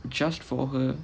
just for her